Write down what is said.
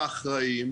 בוקר טוב לכולם,